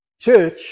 church